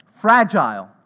fragile